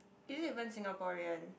is it even Singaporean